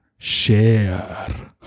Share